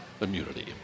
immunity